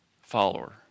follower